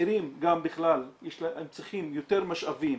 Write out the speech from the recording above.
הצעירים גם בכלל צריכים יותר משאבים.